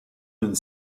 une